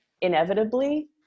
inevitably